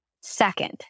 Second